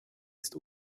ist